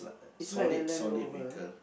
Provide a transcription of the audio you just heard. is like a land rover